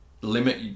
limit